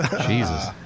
Jesus